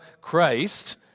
Christ